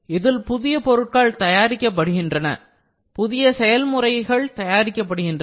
இதில் புதிய பொருட்கள் தயாரிக்கப்படுகின்றன புதிய செயல்முறைகள் தயாரிக்கப்படுகின்றன